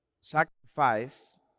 sacrifice